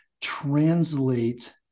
translate